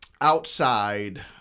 Outside